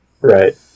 right